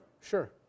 Sure